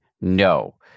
no